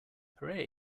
hooray